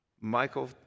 Michael